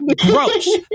gross